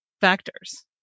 factors